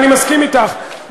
ואני מסכים אתך,